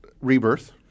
Rebirth